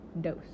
Dose